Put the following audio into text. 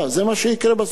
זה מה שיקרה בסוף,